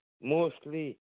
mostly